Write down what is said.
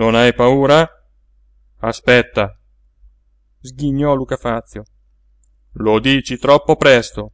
non hai paura aspetta sghignò luca fazio lo dici troppo presto